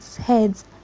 heads